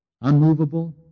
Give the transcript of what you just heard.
unmovable